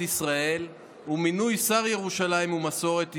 ישראל ומינוי שר ירושלים ומסורת ישראל.